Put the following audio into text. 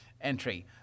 entry